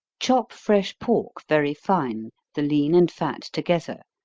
chop fresh pork very fine, the lean and fat together,